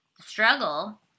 struggle